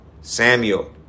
Samuel